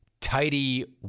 tidy